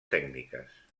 tècniques